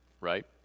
right